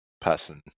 person